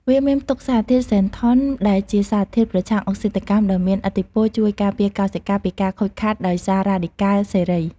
វាមានផ្ទុកសារធាតុ ហ្សេនថុន ដែលជាសារធាតុប្រឆាំងអុកស៊ីតកម្មដ៏មានឥទ្ធិពលជួយការពារកោសិកាពីការខូចខាតដោយសាររ៉ាឌីកាល់សេរី។